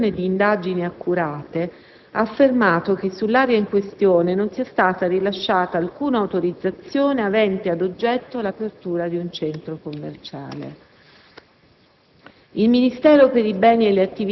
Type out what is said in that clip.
L'ispettore incaricato, a conclusione di indagini accurate, ha affermato che sull'area in questione non era stata rilasciata alcuna autorizzazione avente ad oggetto l'apertura di un centro commerciale.